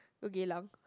to Geylang